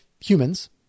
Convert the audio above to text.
humans